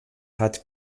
hat